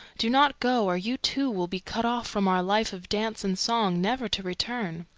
do not go, or you too will be cut off from our life of dance and song, never to return.